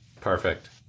Perfect